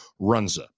Runza